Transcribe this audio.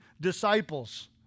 disciples